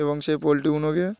এবং সেই পোলট্রিগুলোকে